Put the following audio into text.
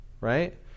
right